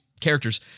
characters